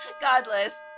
Godless